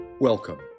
Welcome